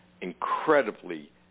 incredibly